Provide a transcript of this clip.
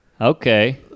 Okay